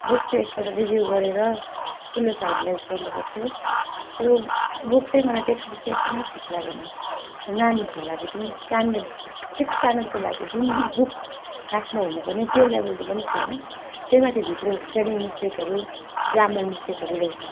book चाहिँ एकपल्ट review गरेर स्कुलले फाइनलाइज गर्नु पऱ्थ्यो त्यो बुक्स चाहिँ मलाई टेक्स्ट बुक चाहिँ एकदमै ठिक लागेन त्यो नानीहरूको लागि जुन स्टानडर्ड सिक्स्थ स्टानडर्डको लागि जुन बुक खासमा हुनुपर्ने त्यो लेभलको पनि थिएन त्यहीमाथि भित्र स्पेलिङ मिस्टेकहरू ग्रामर मिस्टेकहरू रहेछ